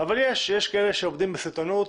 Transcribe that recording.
אבל יש שעובדים בסיטונות